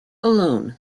alone